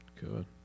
Good